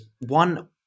one